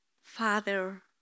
Father